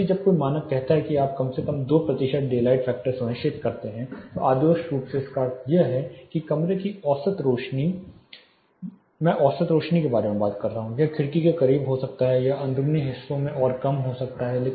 इसलिए जब कोई मानक कहता है कि आप कम से कम 2 प्रतिशत डेलाइट फैक्टर सुनिश्चित करते हैं तो आदर्श रूप से इसका अर्थ है कि आपके कमरे में औसत रोशनी मैं औसत रोशनी के बारे में बात कर रहा हूं यह खिड़की के करीब अधिक हो सकता है यह अंदरूनी हिस्सों में और कम हो सकता है